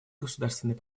государственной